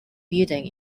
building